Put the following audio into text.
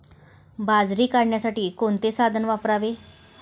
बाजरी काढण्यासाठी कोणते साधन वापरावे?